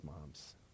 moms